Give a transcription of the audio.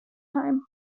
time